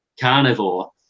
carnivore